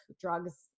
drugs